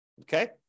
Okay